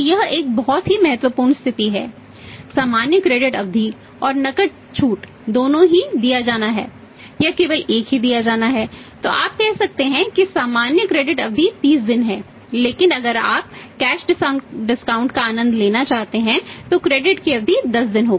तो यह एक बहुत ही महत्वपूर्ण स्थिति है सामान्य क्रेडिट अवधि 30 दिन है